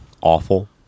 awful